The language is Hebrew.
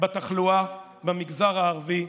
בתחלואה במגזר הערבי,